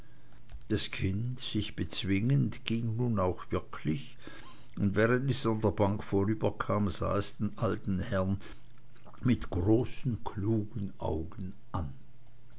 das kind sich bezwingend ging nun auch wirklich und während es an der bank vorüberkam sah es den alten herrn mit großen klugen augen an